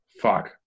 fuck